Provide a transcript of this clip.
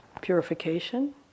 Purification